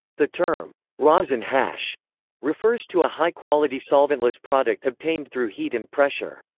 the term rosin hash refers to a high quality solventless product obtained through heat and pressure.